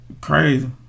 crazy